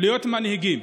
להיות מנהיגים,